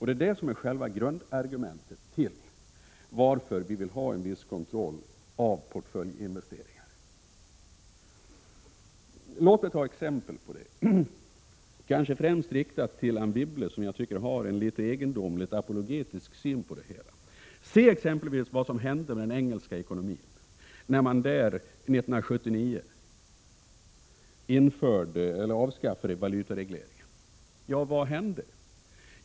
Det är det som är själva grundargumentet till varför vi vill ha en viss kontroll av portföljinvesteringarna. Låt mig ta ett exempel på detta, kanske främst riktat till Anne Wibble, som jag tycker har en litet egendomlig apologetisk syn på det hela. Se exempelvis vad som hände med den engelska ekonomin när man 1979 avskaffade valutaregleringen.